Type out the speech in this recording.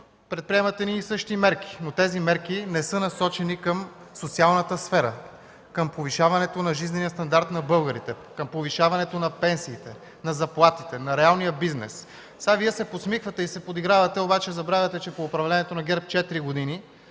предприемат едни и същи мерки, но тези мерки не са насочени към социалната сфера, към повишаването на жизнения стандарт на българите, към повишаването на пенсиите, на заплатите, на реалния бизнес. Сега Вие се подсмихвате и се подигравате, обаче забравяте, че при четиригодишното